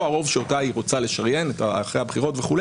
הרוב שאותה היא רוצה לשריין אחרי הבחירות וכו'.